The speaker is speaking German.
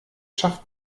schafft